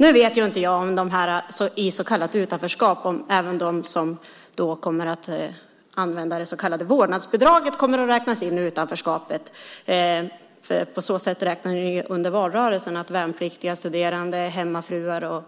Nu vet jag inte om även de som kommer att använda det så kallade vårdnadsbidraget kommer att räknas in i dem som är i utanförskap. Under valrörelsen räknade ni på det sättet att värnpliktiga, studerande, hemmafruar och